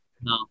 No